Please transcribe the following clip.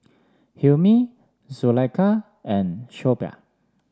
Hilmi Zulaikha and Shoaib